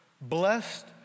Blessed